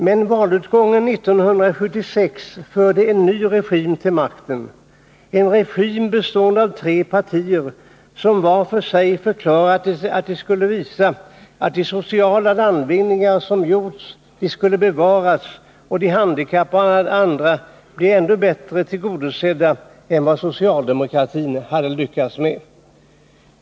Men valutgången 1976 förde en ny regim till makten — en regim bestående av tre partier, som vart för sig förklarat att de skulle visa att de sociala landvinningar som gjorts skulle bevaras och de handikappade och andra bli ännu bättre tillgodosedda än vad socialdemokratin hade lyckats med.